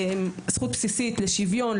זכות בסיסית לשוויון,